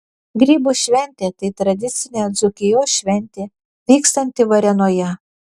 grybų šventė tai tradicinė dzūkijos šventė vykstanti varėnoje